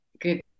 good